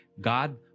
God